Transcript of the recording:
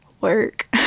work